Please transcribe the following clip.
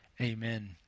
Amen